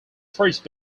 first